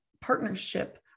partnership